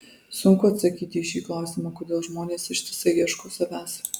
sunku atsakyti į šį klausimą kodėl žmonės ištisai ieško savęs